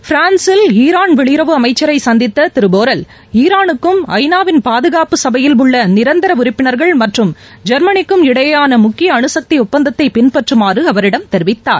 Brussels ல் Iran வெளியுறவு அமைச்சரை சந்தித்த திரு போரெல் ஈரானுக்கும் ஐநாவின் பாதுகாப்பு சபையில் உள்ள நிரந்தர உறுப்பினர்கள் மற்றும் ஜெர்மனிக்கும் இடையேயான முக்கிய அணுக்தி ஒப்பந்தத்தை பின்பற்றுமாறு அவரிடம் வலியுறுத்தினார்